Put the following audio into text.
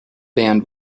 band